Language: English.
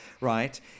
right